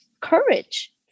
courage